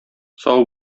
сау